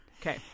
Okay